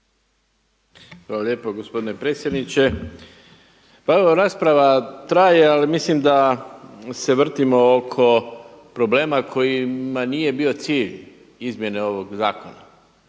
Hvala lijepo gospodine predsjedniče. Pa evo rasprava traje, ali mislim da se vrtimo oko problema kojima nije bio cilj izmjene ovog zakona.